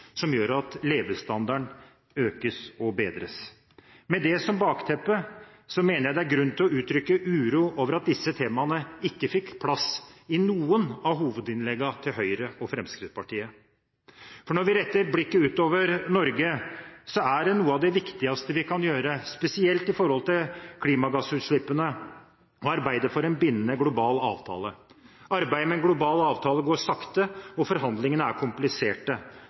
som gjør at levestandarden økes og bedres. Med dette som bakteppe mener jeg det er grunn til å uttrykke uro over at disse temaene ikke fikk plass i noen av hovedinnleggene til Høyre og Fremskrittspartiet. Når vi retter blikket utover Norge, er noe av det viktigste vi kan gjøre – spesielt når det gjelder klimagassutslippene – å arbeide for en bindende global avtale. Arbeidet med en global avtale går sakte, og forhandlingene er kompliserte.